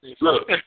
look